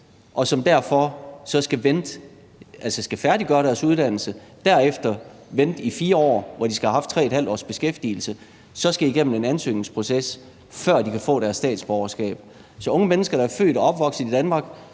en uddannelse, skal færdiggøre deres uddannelse og derefter vente i 4 år, hvor de skal have haft 3½ års beskæftigelse, og så skal de igennem en ansøgningsproces, før de kan få deres statsborgerskab. Så unge mennesker, der er født og opvokset i Danmark,